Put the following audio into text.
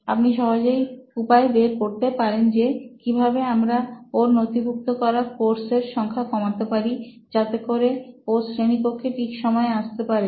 আপনি সহজেই উপায় বের করতে পারেন যে কিভাবে আমরা ওর নথিভুক্ত করা কোর্সের সংখ্যা কমাতে পারি যাতে করে ও শ্রেণিকক্ষে ঠিক সময়ে আসতে পারে